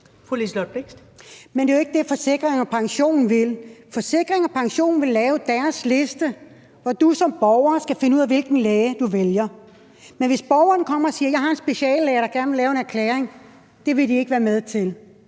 Men det er jo ikke det, Forsikring & Pension vil. Forsikring & Pension vil lave deres liste, hvor du som borger skal finde ud af, hvilken læge du vælger. Men hvis borgeren kommer og siger, at borgeren har en speciallæge, der gerne vil lave en erklæring, så vil de ikke være med til